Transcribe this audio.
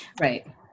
Right